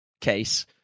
case –